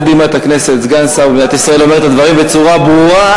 על בימת הכנסת סגן שר במדינת ישראל אומר את הדברים בצורה ברורה,